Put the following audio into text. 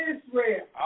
Israel